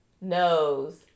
nose